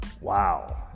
wow